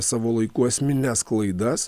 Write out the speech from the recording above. savo laiku esmines klaidas